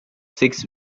six